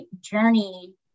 journey